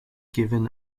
given